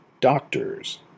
Doctors